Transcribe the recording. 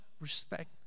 respect